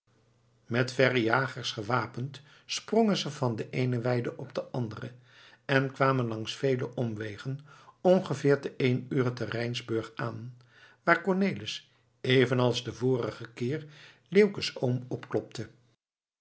met verrejagers gewapend sprongen ze van de eene weide op de andere en kwamen langs vele omwegen ongeveer te één ure te rijnsburg aan waar cornelis even als den vorigen keer leeuwke's oom